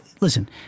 listen